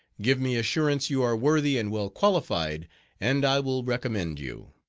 give me assurance you are worthy and well qualified and i will recommend you.